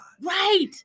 right